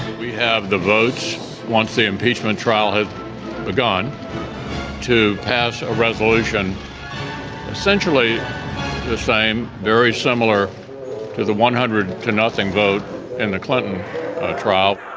we have the votes once the impeachment trial has begun to pass a resolution essentially the same. very similar to the one hundred to nothing vote in the clinton trial